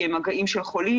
כי הם היו במגעים של חולים,